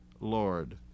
Lord